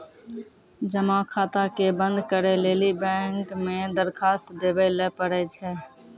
जमा खाता के बंद करै लेली बैंक मे दरखास्त देवै लय परै छै